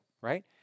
right